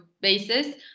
basis